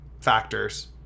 factors